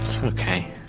Okay